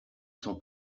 son